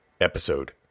episode